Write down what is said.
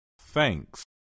Thanks